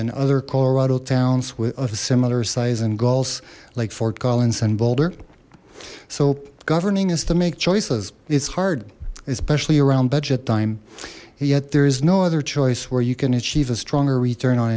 and other colorado towns with a similar size and goals like fort collins and boulder so governing is to make choices it's hard especially around budget time yet there is no other choice where you can achieve a stronger return on